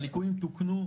הליקויים תוקנו.